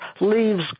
leaves